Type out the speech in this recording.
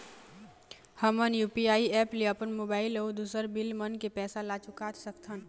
हमन UPI app ले अपन मोबाइल अऊ दूसर बिल मन के पैसा ला चुका सकथन